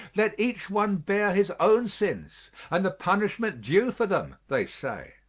let each one bear his own sins and the punishments due for them, they say.